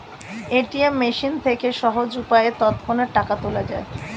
ATM machine থেকে সহজ উপায়ে তৎক্ষণাৎ টাকা তোলা যায়